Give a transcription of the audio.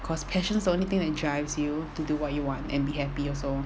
cause passion's the only thing that drives you to do what you want and be happy also